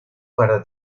para